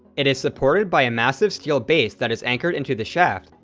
it is supported by a massive steel base that is anchored into the shaft,